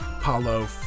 Paulo